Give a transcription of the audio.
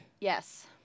Yes